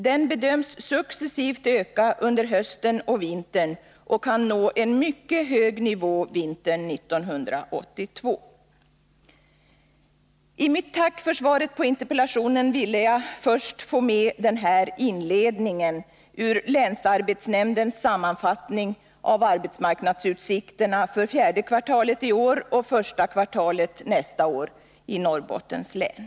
Den bedöms successivt öka under hösten och vintern och kan nå en mycket hög nivå vintern 1982.” I detta tack för svaret på interpellationen ville jag först få med denna inledning ur länsarbetsnämndens sammanfattning av arbetsmarknadsutsikterna för fjärde kvartalet i år och första kvartalet nästa år i Norrbottens län.